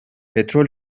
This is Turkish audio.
petrol